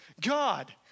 God